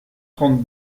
trente